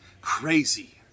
crazy